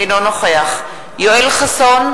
אינו נוכח יואל חסון,